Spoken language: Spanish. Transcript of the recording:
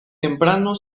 temprano